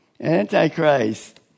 Antichrist